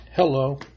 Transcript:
Hello